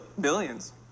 Billions